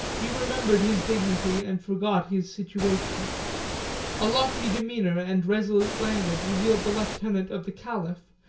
he remembered his dignity, and forgot his situation a lofty demeanor, and resolute language, revealed the lieutenant of the caliph,